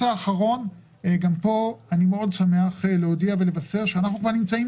אני מאוד שמח להודיע ולבשר שאנחנו כבר נמצאים